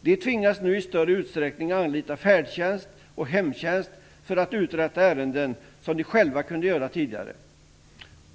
De tvingas nu i större utsträckning anlita färdtjänst och hemtjänst för att uträtta ärenden som de själva tidigare kunde göra.